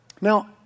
Now